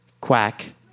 quack